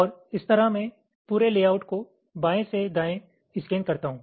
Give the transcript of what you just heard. और इस तरह मैं पूरे लेआउट को बाएं से दाएं स्कैन करता हूं